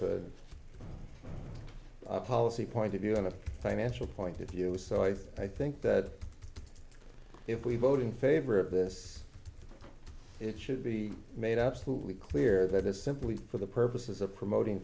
good policy point of view and a financial point of view so i think that if we vote in favor of this it should be made up slightly clear that is simply for the purposes of promoting